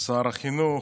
שר החינוך,